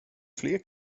fler